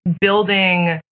building